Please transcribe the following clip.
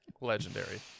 Legendary